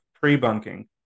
pre-bunking